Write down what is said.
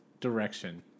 direction